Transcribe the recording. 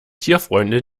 tierfreunde